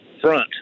front